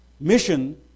mission